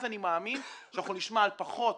אז אני מאמין שנשמע על פחות